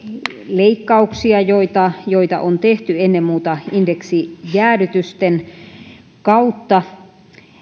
leikkauksia joita joita on tehty ennen muuta indeksijäädytysten kautta